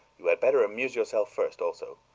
you had better amuse yourself first, also.